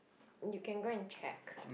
you can go and check